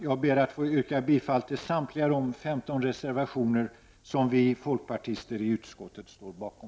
Jag ber att få yrka bifall till samtliga de 15 resevationer som vi folkpartister i utskottet står bakom.